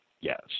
Yes